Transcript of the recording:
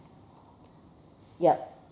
yup